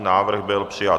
Návrh byl přijat.